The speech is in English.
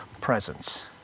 presence